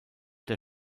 der